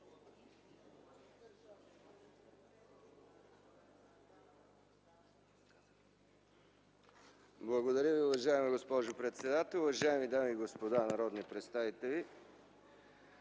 ДИМИТРОВ: Уважаеми господин председател, уважаеми дами и господа народни представители!